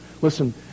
Listen